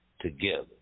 together